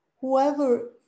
Whoever